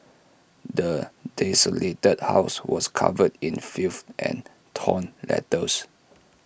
the desolated house was covered in filth and torn letters